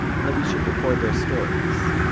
and that we should record their stories.